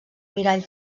mirall